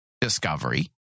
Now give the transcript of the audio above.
Discovery